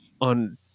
on